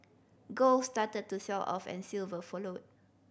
gold started to sell off and silver followed